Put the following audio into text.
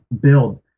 build